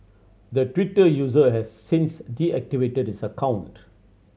the Twitter user has since deactivated his account